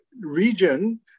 region